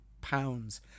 pounds